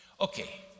Okay